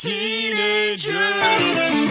Teenagers